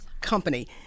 company